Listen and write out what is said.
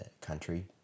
country